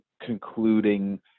concluding